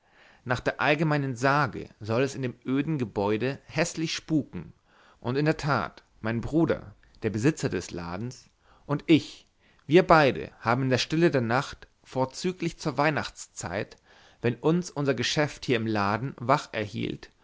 nach der allgemeinen sage soll es in dem öden gebäude häßlich spuken und in der tat mein bruder der besitzer des ladens und ich wir beide haben in der stille der nacht vorzüglich zur weihnachtszeit wenn uns unser geschäft hier im laden wach erhielt